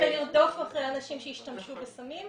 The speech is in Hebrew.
בלרדוף אחרי אנשים שהשתמשו בסמים.